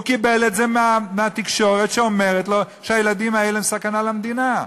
הוא קיבל את זה מהתקשורת שאומרת לו שהילדים האלה הם סכנה למדינה.